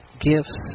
gifts